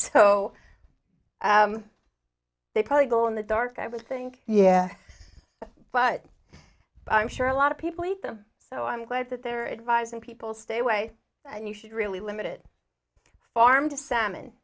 so they probably go in the dark i would think yeah but i'm sure a lot of people eat them so i'm glad that they are advising people stay away you should really limit it farmed salmon